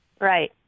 Right